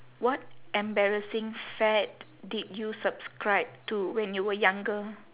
what embarrassing fad did you subscribe to when you were younger